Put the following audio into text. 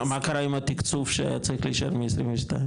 מה קרה עם התקצוב שהיה צריך להישאר מ-22?